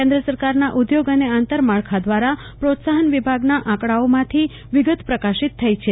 કેન્દ્ર સરકારના ઉદ્યોગ અને આંતર માળખા દ્વારા પ્રોત્સાહન વીભાગના આંકડાઓમાંથી વિગત પ્રકાશીત થઈ છે